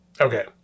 Okay